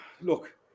look